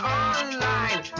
online